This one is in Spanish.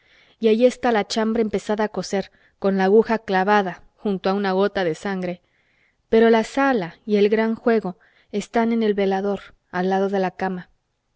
y allí está la chambra empezada a coser con la aguja clavada junto a una gota de sangre pero la sala y el gran juego está en el velador al lado de la cama